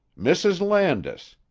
mrs. landis,